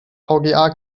vga